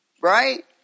Right